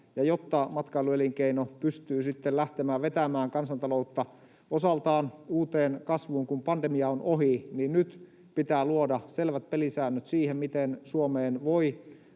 jotta matkailuelinkeino pystyy lähteä vetämään kansantaloutta osaltaan uuteen kasvuun, kun pandemia on ohi, niin nyt pitää luoda selvät pelisäännöt siihen, miten Suomeen voi